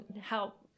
help